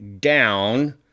down